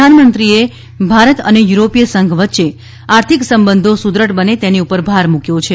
પ્રધાનમંત્રીએ ભારત અને યુરોપીય સંઘ વચ્ચે આર્થિક સંબંધો સુદ્રઢ બને તેની પર ભાર મૂક્યો છે